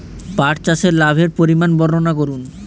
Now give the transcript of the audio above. পাঠ চাষের লাভের পরিমান বর্ননা করুন?